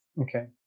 Okay